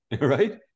right